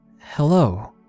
Hello